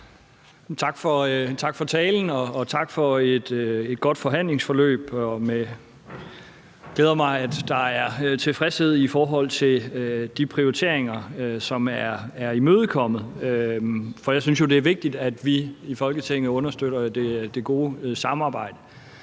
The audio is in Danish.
Tak for talen, og tak for et godt forhandlingsforløb. Det glæder mig, at der er tilfredshed i forhold til de prioriteringer, der er imødekommet. For jeg synes jo, det er vigtigt, at vi i Folketinget understøtter det gode samarbejde.